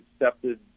accepted